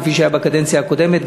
כפי שהיה מקובל בקדנציה הקודמת,